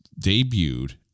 debuted